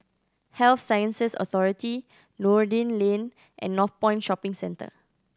Health Sciences Authority Noordin Lane and Northpoint Shopping Centre